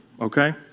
okay